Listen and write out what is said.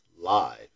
Live